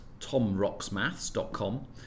tomrocksmaths.com